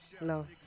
no